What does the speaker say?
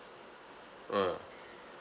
ah